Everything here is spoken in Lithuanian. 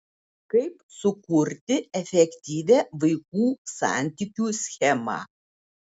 kaip sukurti efektyvią vaikų santykių schemą